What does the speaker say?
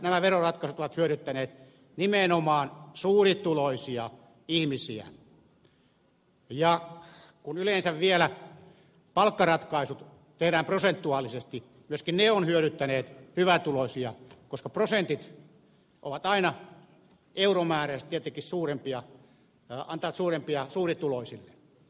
nämä veroratkaisut ovat hyödyttäneet nimenomaan suurituloisia ihmisiä ja kun yleensä vielä palkkaratkaisut tehdään prosentuaalisesti myöskin ne ovat hyödyttäneet hyvätuloisia koska prosentit ovat aina euromääräisesti tietenkin suurempia suurituloisille